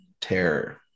Terror